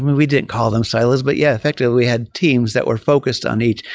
we we didn't call them silos, but yeah. effectively, we had teams that were focused on each,